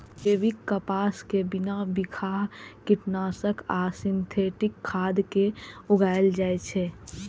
जैविक कपास कें बिना बिखाह कीटनाशक आ सिंथेटिक खाद के उगाएल जाए छै